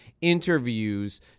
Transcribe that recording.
interviews